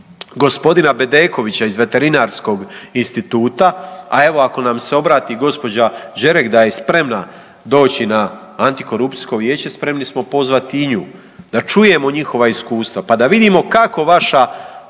gospodina Bedekovića iz Veterinarskog instituta, a evo ako nam se obrati i gospođa Đerek da je spremna doći na antikorupcijsko vijeće spremni smo pozvati i nju, da čujemo njihova iskustva, pa da vidimo kako vaša